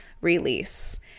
release